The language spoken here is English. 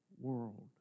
world